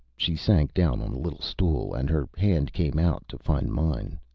she sank down on a little stool, and her hand came out to find mine.